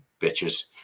bitches